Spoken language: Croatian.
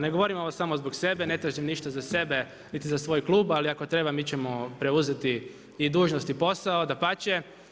Ne govorim ovo samo zbog sebe, ne tražim ništa za sebe niti za svoj klub, ali ako treba mi ćemo preuzeti i dužnost i posao, dapače.